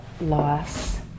loss